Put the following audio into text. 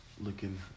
looking